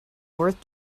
worth